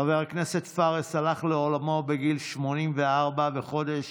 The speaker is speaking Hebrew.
חבר הכנסת פארס הלך לעולמו בגיל 84 בחודש